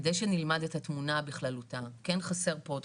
כדי שנלמד את התמונה בכללותה כן חסר פה עוד